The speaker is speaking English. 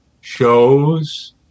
shows